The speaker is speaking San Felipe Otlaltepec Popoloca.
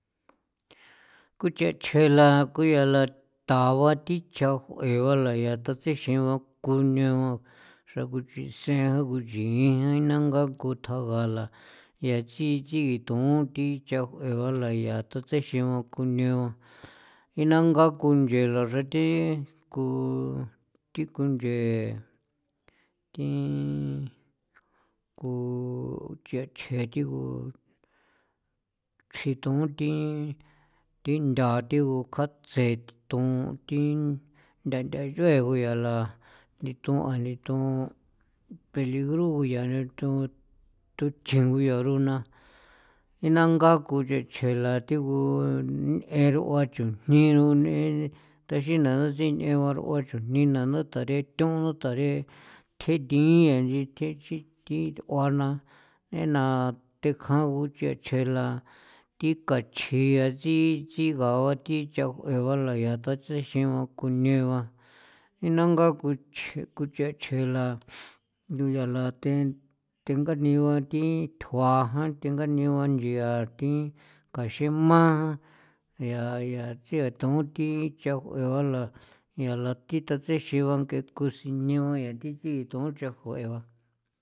Kucha chje la kuya la taa ba thi cha'uee bala ya ta tsexiin ba kune ba xra nguchixin tsee ba nguxiijin nangaa kon thjagala yaa chi chi giton 'on thi cha'uee bala yaa thi ta tsexin ba kune ba inangaa kunche xra xra thi ku thi kunchee thii ku chiachje thigu chitoon jun thi thi ntha thigu catse thiton thi ntha nthayue gunya la nithon nithon peligro yaa are thon thon chjingo yaro na nangaa ku chi chjela thigu ne'e rua chujni rone taxin na sinee ba roa chujni na na tare thon tare thjen thin yaa nchin thjexin thi th'uana nena thekjan gu cha chjeela thi kachjia tsi tsiga ba thi cha'uee ba laya ya ta tsexin ba kunee ba inangaa ku chjee ku chiachjela nuyala thi thengani ba thi thjuajan thengani ba nchia thi ka xema jan yaa yaa tsia ton thi cha'uee bala yala thi ta tsjexin ba que ku sine ba yaa thi ta tsiitho chaa'uee ba.